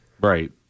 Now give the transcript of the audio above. Right